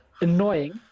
annoying